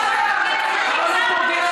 שחבר הכנסת מיקי לוי,